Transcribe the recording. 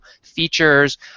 features